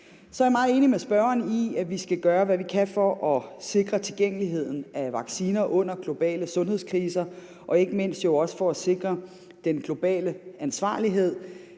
Så er jeg meget enig med spørgeren i, at vi skal gøre, hvad vi kan, for at sikre tilgængeligheden af vacciner under globale sundhedskriser og jo ikke mindst også for at sikre den globale ansvarlighed.